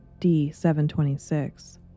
D-726